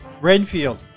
Renfield